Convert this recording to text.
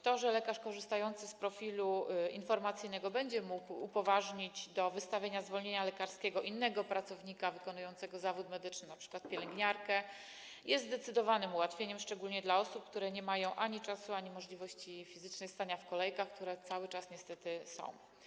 To, że lekarz korzystający z profilu informacyjnego będzie mógł upoważnić do wystawienia zwolnienia lekarskiego innego pracownika wykonującego zawód medyczny, np. pielęgniarkę, jest zdecydowanym ułatwieniem, szczególnie dla osób, które nie mają ani czasu, ani możliwości fizycznej, by stać w kolejkach, które cały czas niestety są.